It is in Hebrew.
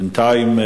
בינתיים,